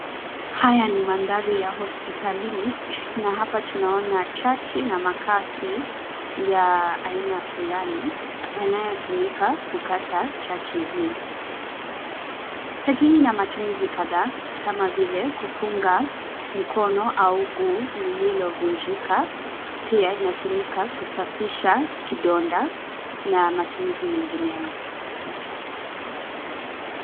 Haya ni mandhari ya hospitalini na hapa tunaona chachi na makasi ya aina fulani yanayotumika kukata chachi hii. Chachi hii ina matumizi kadhaa kama vile kufunga mkono au guu lililovunjika, pia inatumika kusafisha kidonda, na matumizi mengineyo.